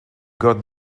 got